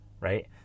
right